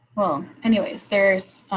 anyways, there's,